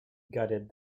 gutted